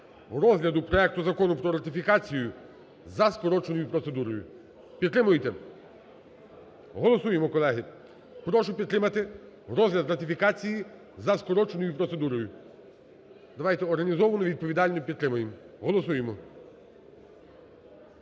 розгляду проекту Закону про ратифікацію за скороченою процедурою. Підтримуєте? Голосуємо, колеги. Прошу підтримати розгляд ратифікації за скороченою процедурою. Давайте організовано і відповідально підтримаємо. Голосуймо!